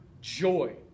joy